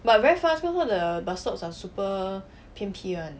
but very fast cause all the bus stops are super 偏僻 [one]